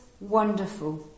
Wonderful